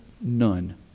none